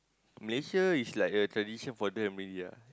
Malaysia is like a tradition for them already ah